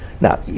Now